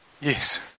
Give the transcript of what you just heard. Yes